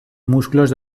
musclos